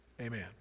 Amen